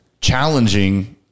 challenging